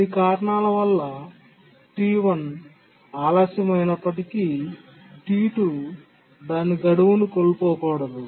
కొన్ని కారణాల వల్ల T1 ఆలస్యం అయినప్పటికీ T2 దాని గడువును కోల్పోకూడదు